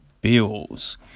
Bills